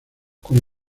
con